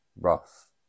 rough